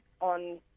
on